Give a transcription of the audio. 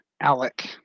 alec